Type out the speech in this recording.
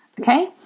Okay